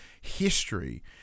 history